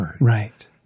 Right